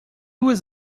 was